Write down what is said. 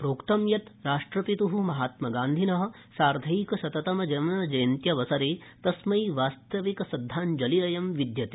प्रोक्त च यत् राष्ट्रपित् महात्मगान्धिन साधैकशततम जन्मजन्त्यवसरे तस्मै वास्तविक श्रद्धाञ्जलिरयं विद्यते